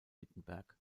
wittenberg